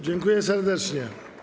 Dziękuję serdecznie.